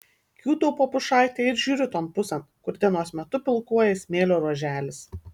kiūtau po pušaite ir žiūriu ton pusėn kur dienos metu pilkuoja smėlio ruoželis